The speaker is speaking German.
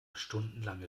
stundenlange